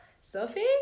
Sophie